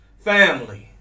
Family